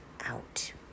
out